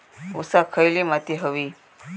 ऊसाक खयली माती व्हयी?